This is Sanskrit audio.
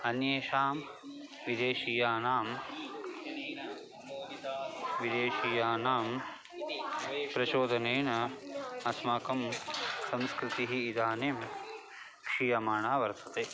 अन्येषां विदेशीयानां विदेशीयानां प्रचोदनेन अस्माकं संस्कृतिः इदानीं क्षीयमाणा वर्तते